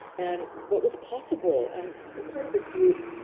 and what was possible and part of the group,